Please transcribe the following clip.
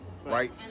right